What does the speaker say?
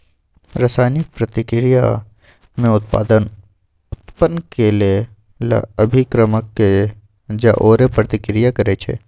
रसायनिक प्रतिक्रिया में उत्पाद उत्पन्न केलेल अभिक्रमक के जओरे प्रतिक्रिया करै छै